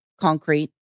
concrete